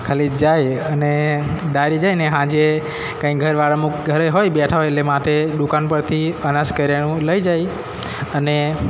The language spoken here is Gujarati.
ખાલી જાય અને દારી જઈને સાંજે કાંઈ ઘરવાળા અમૂક ઘરે હોય બેઠા હોય એટલે માટે દુકાન પરથી અનાજ કરિયાણું લઈ જાય અને